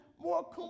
more